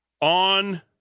on